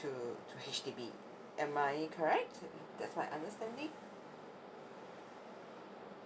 to to H_D_B am I correct that's my understanding